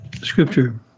Scripture